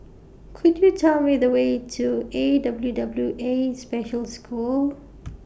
Could YOU Tell Me The Way to A W W A Special School